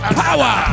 power